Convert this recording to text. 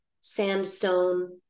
sandstone